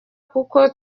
kuko